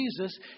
Jesus